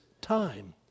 time